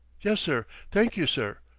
yes, sir thank you, sir.